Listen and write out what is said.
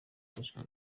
yafashwe